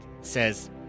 says